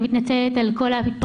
ואני מתנצלת על כל ההתפרצויות.